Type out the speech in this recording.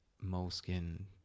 moleskin